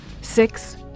Six